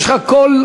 יש לך קול,